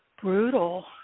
brutal